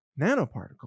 nanoparticle